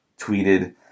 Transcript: tweeted